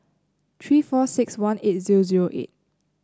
three four six one eight zero zero nine